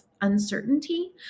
uncertainty